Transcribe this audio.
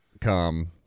come